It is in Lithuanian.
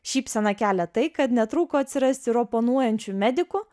šypseną kelia tai kad netruko atsirasti ir oponuojančių medikų